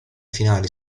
finali